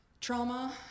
trauma